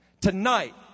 Tonight